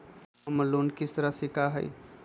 हमर लोन किस्त राशि का हई?